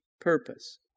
purpose